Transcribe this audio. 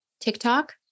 TikTok